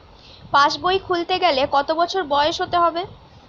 পাশবই খুলতে গেলে কত বছর বয়স হতে হবে?